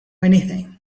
anything